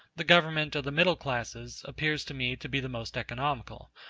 the government of the middle classes appears to me to be the most economical,